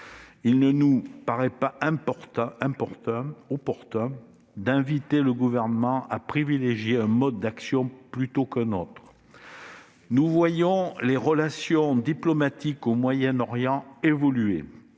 Il ne nous paraît pas opportun d'inviter le Gouvernement à privilégier un mode d'action plutôt qu'un autre. Nous voyons les relations diplomatiques au Moyen-Orient évoluer.